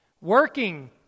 working